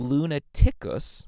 Lunaticus